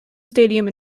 stadium